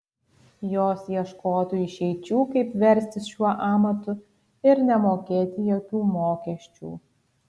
jos ieškotų išeičių kaip verstis šiuo amatu ir nemokėti jokių mokesčių